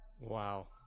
Wow